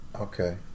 Okay